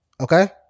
Okay